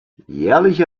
jährliche